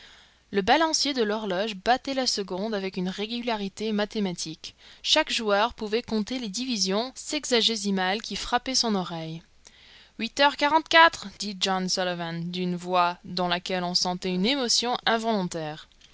le balancier de l'horloge battait la seconde avec une régularité mathématique chaque joueur pouvait compter les divisions sexagésimales qui frappaient son oreille huit heures quarante-quatre dit john sullivan d'une voix dans laquelle on sentait une émotion involontaire